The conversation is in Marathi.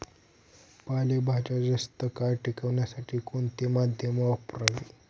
पालेभाज्या जास्त काळ टिकवण्यासाठी कोणते माध्यम वापरावे?